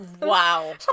wow